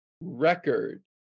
record